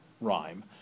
rhyme